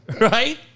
Right